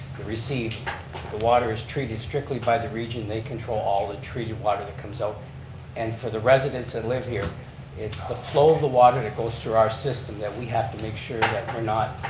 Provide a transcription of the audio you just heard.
receive the water is treated strictly by the region, they control all the treated water that comes out and for the residents that live here it's the flow of the water that goes through our system that we have to make sure that we're not,